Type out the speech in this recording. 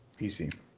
PC